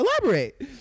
Elaborate